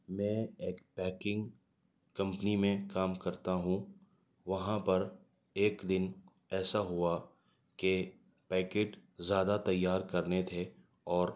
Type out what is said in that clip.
میں ایک packing company میں کام کرتا ہوں وہاں پر ایک دن ایسا ہوا کہ پیکٹ زیادہ تیار کرنے تھے اور